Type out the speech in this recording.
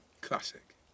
Classic